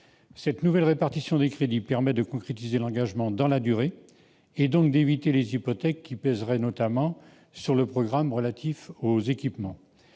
Cette nouvelle répartition des crédits permet de concrétiser l'engagement dans la durée, et donc d'éviter les hypothèques qui pèseraient notamment sur le programme 146 relatif aux équipements.